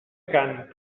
cant